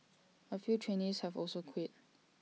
A few trainees have also quit